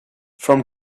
from